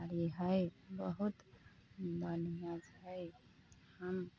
साड़ी है बहुत बढ़िऑं छै हम